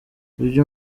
ibyo